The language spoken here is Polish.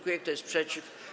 Kto jest przeciw?